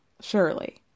Surely